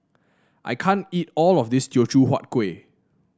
I can't eat all of this Teochew Huat Kueh